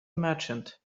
merchant